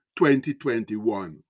2021